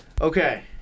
Okay